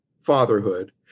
fatherhood